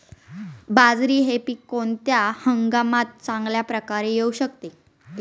बाजरी हे पीक कोणत्या हंगामात चांगल्या प्रकारे येऊ शकते?